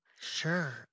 Sure